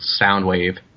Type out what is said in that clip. Soundwave